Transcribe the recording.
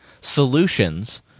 solutions